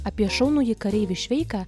apie šaunųjį kareivį šveiką